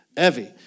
Evie